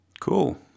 Cool